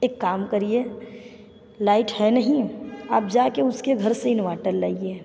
एक काम करिए लाइट है नहीं आप जा के उसके घर से इन्वाटर लाइए